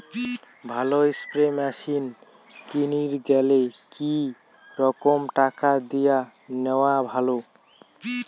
ভালো spray machine কিনির গেলে কি রকম টাকা দিয়া নেওয়া ভালো?